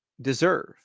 deserve